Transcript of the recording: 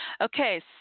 Okay